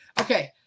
okay